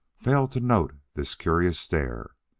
failed to note this curious stare.